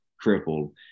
crippled